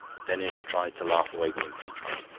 denis tried to laugh away the impeachment.